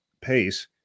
pace